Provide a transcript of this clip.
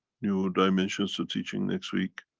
new dimensions to teaching next week.